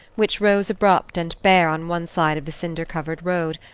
which rose abrupt and bare on one side of the cinder-covered road,